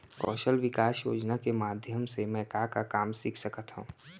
कौशल विकास योजना के माधयम से मैं का का काम सीख सकत हव?